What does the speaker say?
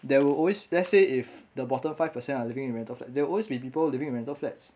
there will always let's say if the bottom five percent are living in rental flats there will always be people living in rental flats